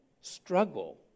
struggle